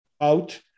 out